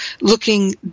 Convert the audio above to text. looking